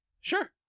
Sure